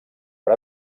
per